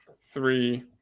three